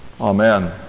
Amen